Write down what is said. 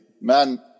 man